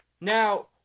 Now